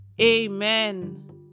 Amen